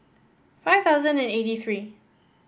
five thousand and eighty three